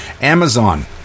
Amazon